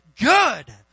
good